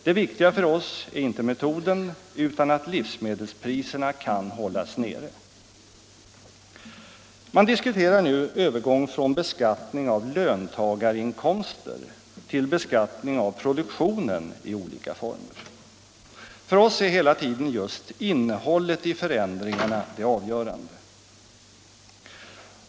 Det viktiga för oss är inte metoden utan att livsmedelspriserna kan hållas nere. Man diskuterar nu övergång från beskattning av löntagarinkomster till beskattning av produktionen i olika former. För oss är hela tiden just innehållet i förändringarna det avgörande.